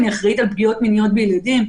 אני אחראית על פגיעות מיניות בילדים.